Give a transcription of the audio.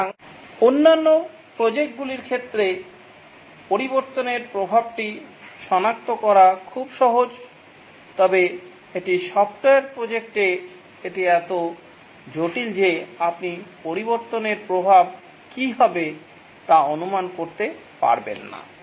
সুতরাং অন্যান্য প্রজেক্টগুলির ক্ষেত্রে পরিবর্তনের প্রভাবটি সনাক্ত করা খুব সহজ তবে একটি সফ্টওয়্যার প্রজেক্টে এটি এত জটিল যে আপনি পরিবর্তনের প্রভাব কী হবে তা অনুমান করতে পারবেন না